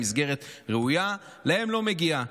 15) (מסירת מידע לזיהוי נפטר או קביעת סיבת